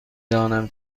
دانم